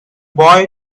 boy